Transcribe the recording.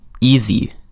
easy